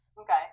Okay